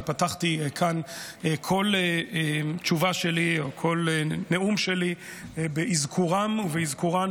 אני פתחתי כאן כל תשובה שלי או כל נאום שלי באזכורם ובאזכורן,